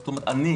זאת אומרת אני,